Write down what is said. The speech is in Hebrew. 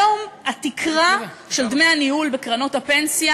היום התקרה של דמי הניהול בקרנות הפנסיה